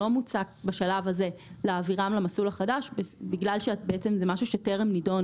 לא מוצע בשלב הזה להעבירן החדש בגלל שזה משהו שטרם נדון.